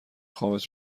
خوابت